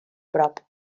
prop